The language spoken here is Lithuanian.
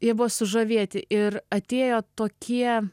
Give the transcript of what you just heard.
jie buvo sužavėti ir atėjo tokie